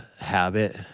habit